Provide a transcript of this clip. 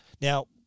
Now